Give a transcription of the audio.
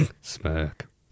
smirk